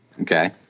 Okay